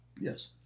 Yes